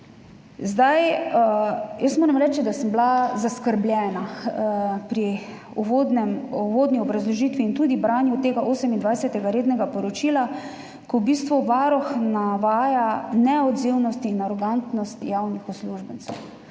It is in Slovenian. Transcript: mestu. Moram reči, da sem bila zaskrbljena pri uvodni obrazložitvi in tudi branju tega 28. rednega poročila, ko v bistvu Varuh navaja neodzivnost in arogantnost javnih uslužbencev.